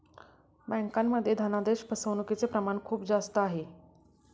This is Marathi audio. बँकांमध्ये धनादेश फसवणूकचे प्रमाण खूप जास्त आहे